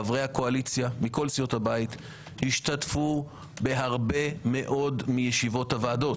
חברי הקואליציה מכל סיעות הבית השתתפו בהרבה מאוד מישיבות הוועדות.